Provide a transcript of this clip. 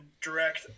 direct